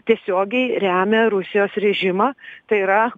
tiesiogiai remia rusijos režimą tai yra